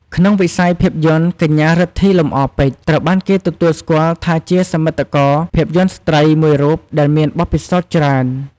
ក្នុងវិស័យភាពយន្ត កញ្ញា រិទ្ធី លំអរពេជ្រ ត្រូវបានគេទទួលស្គាល់ថាជា សមិទ្ធករភាពយន្តស្រ្តី មួយរូបដែលមានបទពិសោធន៍ច្រើន។